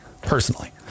personally